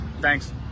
thanks